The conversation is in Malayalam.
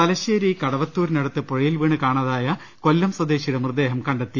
തലശ്ശേരി കടവത്തൂരിനടുത്ത് പുഴയിൽ വീണ് കാണാതായ കൊല്പം സ്വദേശിയുടെ മൃതദേഹം കണ്ടെത്തി